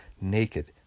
naked